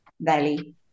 valley